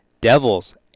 Devils